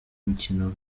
umukino